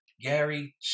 Gary